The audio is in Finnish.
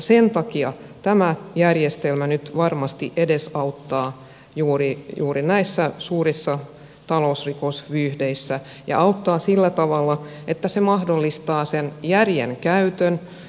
sen takia tämä järjestelmä nyt varmasti edesauttaa juuri näissä suurissa talousrikosvyyhdeissä ja auttaa sillä tavalla että se mahdollistaa sen järjen käytön